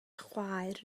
chwaer